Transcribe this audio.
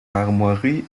armoiries